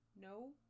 no